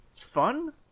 fun